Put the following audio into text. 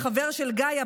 החבר של גאיה,